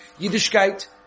Yiddishkeit